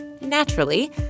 naturally